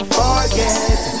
forget